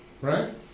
right